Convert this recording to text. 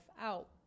out